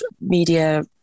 media